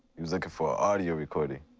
it was like a for audio recording.